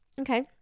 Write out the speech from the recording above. okay